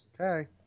Okay